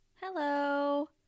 Hello